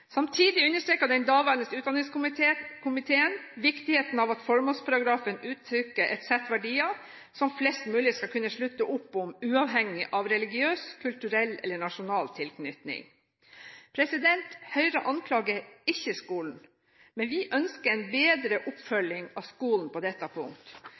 Samtidig understreket den daværende utdanningskomiteen viktigheten av at formålsparagrafen uttrykker et sett av verdier som flest mulig skal kunne slutte opp om, uavhengig av religiøs, kulturell eller nasjonal tilknytning. Høyre anklager ikke skolen, men vi ønsker en bedre oppfølging av skolen på dette punkt.